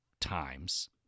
times